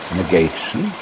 negation